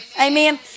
Amen